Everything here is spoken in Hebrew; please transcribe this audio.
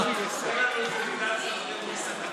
תן לנו איזו מילה על סן רמו.